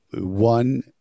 one